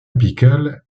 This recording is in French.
apical